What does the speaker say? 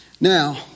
Now